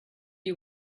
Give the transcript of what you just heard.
you